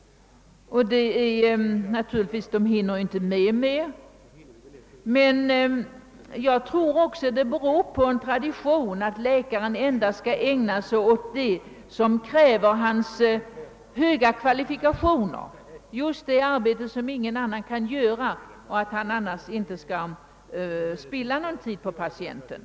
De hinner helt enkelt inte med mera. Jag tror emellertid att det beror på en tradition; läkaren skall endast ägna sig åt sådana saker som tar hans höga kvalifikationer i anspråk, d. v. s. just det arbete som ingen annan kan göra. I övrigt skall han inte spilla någon tid på patienten.